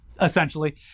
essentially